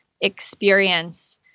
experience